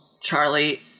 Charlie